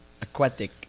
aquatic